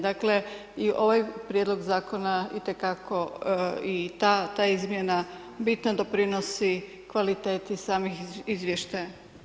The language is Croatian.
Dakle i ovaj prijedlog zakona i te kako i ta izmjena bitno doprinosi kvaliteti samih izvještaja.